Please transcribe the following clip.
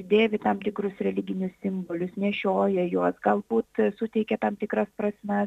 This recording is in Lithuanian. dėvi tam tikrus religinius simbolius nešioja juos galbūt suteikia tam tikras prasmes